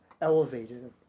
Elevated